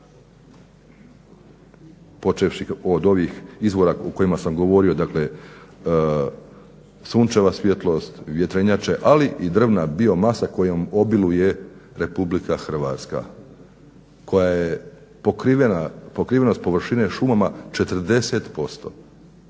počevši od ovih izvora o kojima sam govorio, dakle sunčeva svjetlost, vjetrenjače, ali i drvna biomasa kojom obiluje Republika Hrvatska koja je pokrivenost površine šumama 40%,